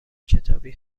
کتابی